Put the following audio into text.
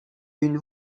une